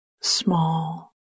small